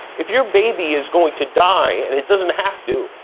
if your baby is going to die and it doesn't have to,